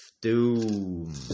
Doom